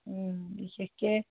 বিশেষকৈ